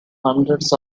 hundreds